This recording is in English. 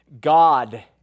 God